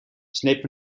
sleep